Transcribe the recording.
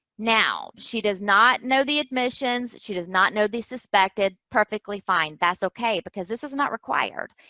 now, she does not know the admissions. she does not know the suspected. perfectly fine. that's okay. because this is not required.